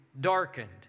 darkened